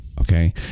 Okay